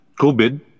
COVID